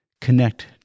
connect